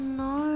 no